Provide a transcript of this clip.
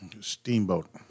Steamboat